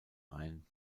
ein